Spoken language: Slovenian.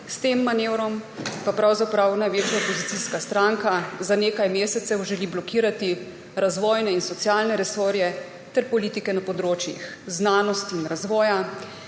S tem manevrom pa pravzaprav največja opozicijska stranka za nekaj mesecev želi blokirati razvojne in socialne resorje ter politike na področjih znanosti in razvoja,